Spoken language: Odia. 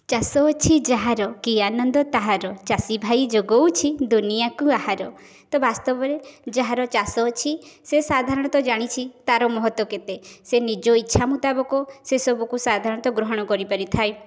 ଚାଷ ଅଛି ଯାହାର କି ଆନନ୍ଦ ତାହାର ଚାଷୀ ଭାଇ ଯୋଗାଉଛି ଦୁନିଆକୁ ଆହାର ତ ବାସ୍ତବରେ ଯାହାର ଚାଷ ଅଛି ସେ ସାଧାରଣତଃ ଜାଣିଛି ତାର ମହତ କେତେ ସେ ନିଜ ଇଚ୍ଛା ମୁତାବକ ସେ ସବୁକୁ ସାଧାରଣତଃ ଗ୍ରହଣ କରିପାରିଥାଏ